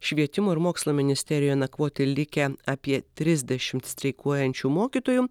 švietimo ir mokslo ministerijoje nakvoti likę apie trisdešimt streikuojančių mokytojų